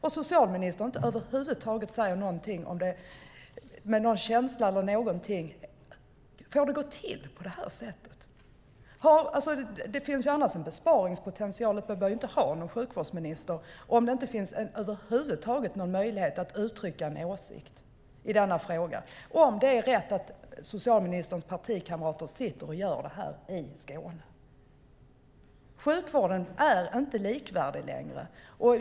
Men socialministern säger över huvud taget ingenting med någon känsla. Får det gå till på det här sättet? Det finns annars en besparingspotential: Man behöver inte ha någon sjukvårdsminister om det över huvud taget inte finns en möjlighet att uttrycka en åsikt i denna fråga, om det är rätt att socialministerns partikamrater sitter och gör detta i Skåne. Sjukvården är inte likvärdig längre.